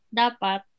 dapat